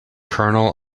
colonel